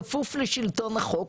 כפוף לשלטון החוק,